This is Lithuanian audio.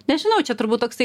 nežinau čia turbūt toksai